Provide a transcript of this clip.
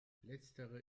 letztere